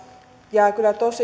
ja